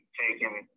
taking